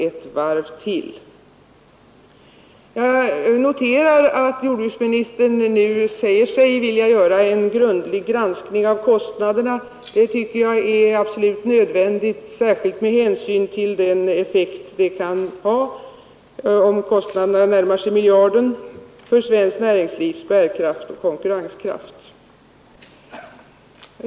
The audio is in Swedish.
Jag noterar att jordbruksministern nu säger sig vilja företa en grundlig granskning av kostnaderna. Det tycker jag är absolut nödvändigt, särskilt med hänsyn till den effekt det kan ha för svenskt näringslivs bärkraft och konkurrenskraft, om kostnaderna närmar sig miljarden.